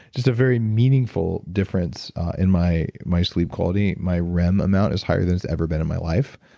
just a very meaningful difference in my my sleep quality, my rem amount is higher than it's ever been in my life,